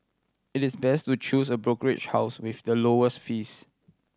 it is best to choose a brokerage house with the lowest fees